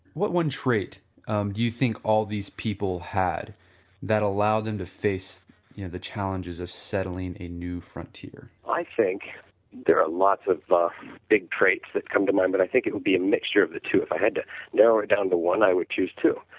one trait do you think all these people had that allowed them to face the challenges of settling in new frontier? i think there are lots of but big trades that come to mind, but i think it will be a mixture of the two. if i had to narrow it down to one, i will choose two